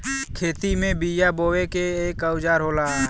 खेती में बिया बोये के एक औजार होला